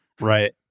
Right